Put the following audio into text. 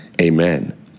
Amen